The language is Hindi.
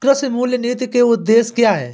कृषि मूल्य नीति के उद्देश्य क्या है?